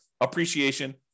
appreciation